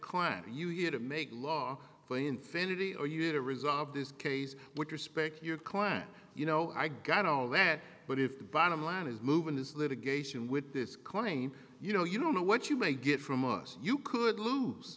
client you here to make law for infinity or you to resolve this case with respect to your client you know i got all that but if the bottom line is moving this litigation with this claim you know you don't know what you may get from us you could lose